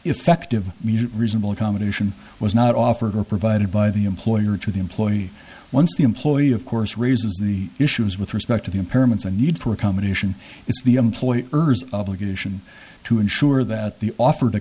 effective reasonable accommodation was not offered or provided by the employer to the employee once the employee of course raises the issues with respect to the impairments a need for accommodation is the employer ers obligation to ensure that the offered